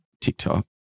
TikTok